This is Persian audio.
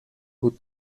بود